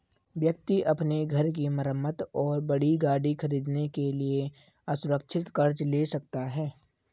व्यक्ति अपने घर की मरम्मत और बड़ी गाड़ी खरीदने के लिए असुरक्षित कर्ज ले सकता है